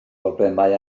broblemau